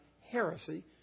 heresy